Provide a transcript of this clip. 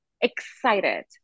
excited